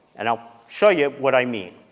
and i'll show you what i mean.